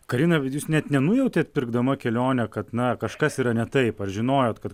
karina bet jūs net nenujautėt pirkdama kelionę kad na kažkas yra ne taip ar žinojot kad